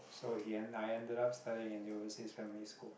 so he end I ended up studying in the overseas family school